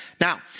Now